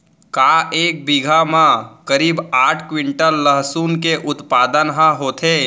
का एक बीघा म करीब आठ क्विंटल लहसुन के उत्पादन ह होथे?